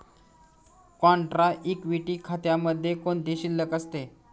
Contra equity खात्यामध्ये कोणती शिल्लक असते?